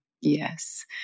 Yes